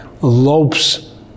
Lopes